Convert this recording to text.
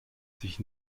sich